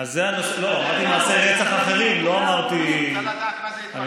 אמרתי מעשי רצח אחרים, לא אמרתי התפרצויות.